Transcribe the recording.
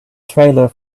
trailer